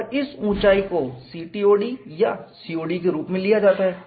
और इस ऊंचाई को CTOD या COD के रूप में लिया जाता है